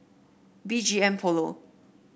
B G M Polo